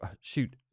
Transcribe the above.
shoot